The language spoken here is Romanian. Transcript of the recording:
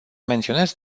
menționez